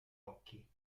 occhi